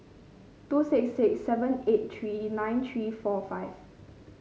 two six six seven eight three nine three four five